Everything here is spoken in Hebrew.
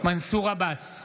מנסור עבאס,